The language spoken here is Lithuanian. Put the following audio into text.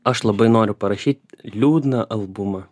aš labai noriu parašyt liūdną albumą